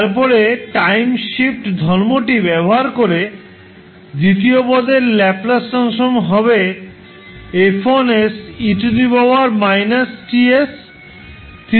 তারপরে time shift ধর্মটি ব্যবহার করে দ্বিতীয় পদের ল্যাপ্লাস ট্রান্সফর্ম হবে 𝐹1𝑠𝑒− 𝑇𝑠